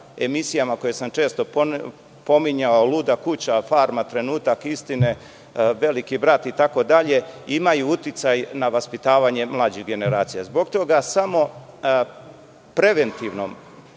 emisijama koje sam često pominjao „Luda kuća“, „Farma“, „Trenutak istine“, „Veliki brat“ itd, imaju uticaj na vaspitavanje mlađih generacija. Zbog toga, samo preventivnim